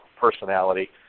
personality